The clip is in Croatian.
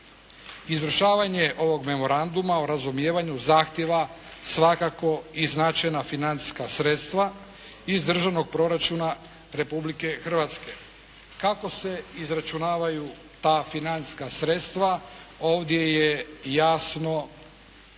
Izvršavanje ovog memoranduma o razumijevanju zahtjeva svakako i značajna financijska sredstva iz državnog proračuna Republike Hrvatske. Kako se izračunavaju ta financijska sredstva ovdje je jasno definirano